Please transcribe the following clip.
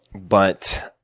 but